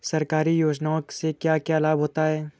सरकारी योजनाओं से क्या क्या लाभ होता है?